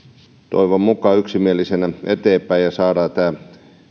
toivon mukaan yksimielisenä eteenpäin ja saadaan tämä